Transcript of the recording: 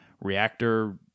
reactor